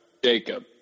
Jacob